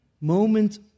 moment